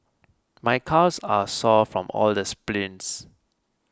my calves are sore from all the sprints